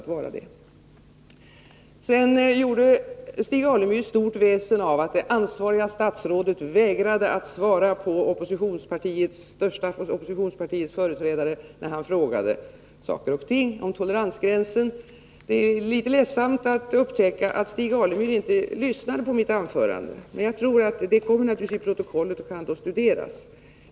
Stig Alemyr gjorde stort väsen av att det ansvariga statsrådet vägrade att svara det största oppositionspartiets företrädare när han frågade saker och ting, bl.a. om toleransgränsen. Det är litet ledsamt att upptäcka att Stig Alemyr inte lyssnar på mitt anförande — det kommer ju att tas till protokollet och kan då studeras.